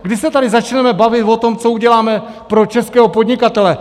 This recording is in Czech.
Kdy se tady začneme bavit o tom, co uděláme pro českého podnikatele?